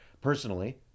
personally